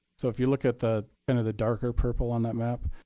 so if you look at the kind of the darker purple on that map,